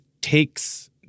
takes